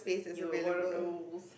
you are one of those